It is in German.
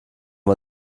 man